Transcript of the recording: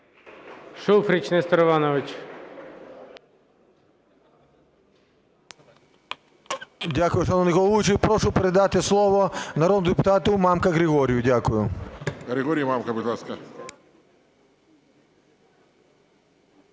Шуфрич Нестор Іванович.